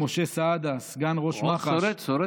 של משה סעדה, סגן ראש מח"ש, הוא עוד שורד?